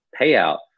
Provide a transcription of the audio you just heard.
payout